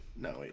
no